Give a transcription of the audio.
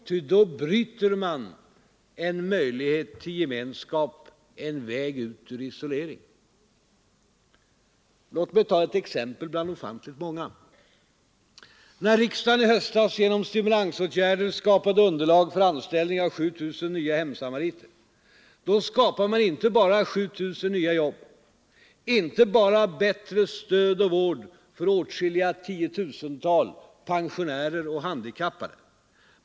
Ty då bryter man en möjlighet till gemenskap, en väg ut ur isolering. Låt mig ta ett exempel bland ofantligt många: När riksdagen i höstas genom stimulansåtgärder skapade underlag för anställning av 7 000 hemsamariter, då skapade man inte bara 7 000 nya jobb, inte bara bättre stöd och vård för åtskilliga 10 000-tal pensionärer och handikappade.